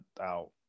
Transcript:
out